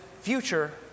future